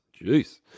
Jeez